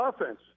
offense